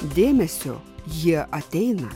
dėmesio jie ateina